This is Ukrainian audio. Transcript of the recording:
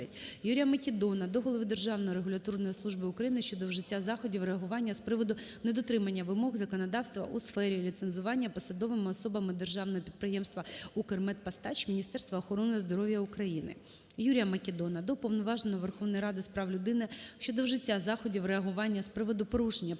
Юрія Македона до голови Державної регуляторної служби України щодо вжиття заходів реагування з приводу недотримання вимог законодавства у сфері ліцензування посадовими особами Державного підприємства "Укрмедпостач" Міністерства охорони здоров’я України. Юрія Македона до Уповноваженого Верховної Ради з прав людини щодо вжиття заходів реагування з приводу порушення посадовими